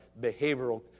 behavioral